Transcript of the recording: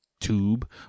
Tube